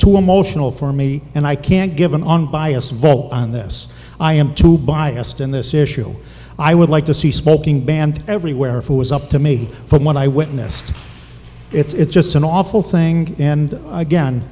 too emotional for me and i can't give an unbiased vocal on this i am too biased in this issue i would like to see smoking banned everywhere food was up to me from what i witnessed it's just an awful thing and again